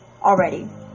already